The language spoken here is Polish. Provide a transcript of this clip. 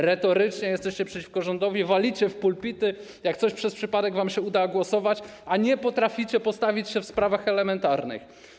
Retorycznie jesteście przeciwko rządowi, walicie w pulpity, jak coś przez przypadek uda wam się przegłosować, a nie potraficie postawić się w sprawach elementarnych.